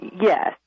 Yes